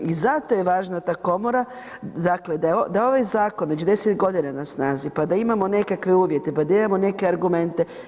I zato je važna ta komora dakle da je ovaj zakon već 10 godina na snazi pa da imamo nekakve uvjete, pa da imamo neke argumente.